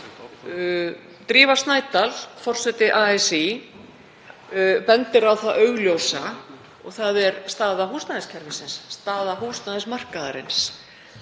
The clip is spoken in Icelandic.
Drífa Snædal, forseti ASÍ, bendir á það augljósa, þ.e. stöðu húsnæðiskerfisins, staða húsnæðismarkaðarins.